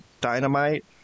dynamite